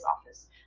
office